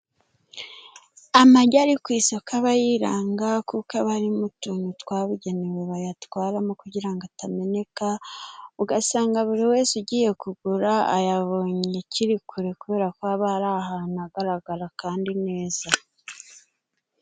Amagi ari ku isoko aba yiranga kuko aba ari mu tuntu twabugenewe bayatwaramo kugira ngo atameneka. Ugasanga buri wese ugiye kugura ayabonye akiri kure kubera ko aba ari ahantu hagaragara kandi neza.